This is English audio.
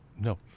No